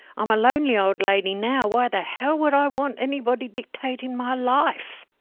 i'm a lonely old lady now, why the hell would i want anybody dictating my life.